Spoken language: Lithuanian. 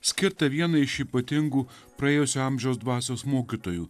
skirtą vienai iš ypatingų praėjusio amžiaus dvasios mokytojų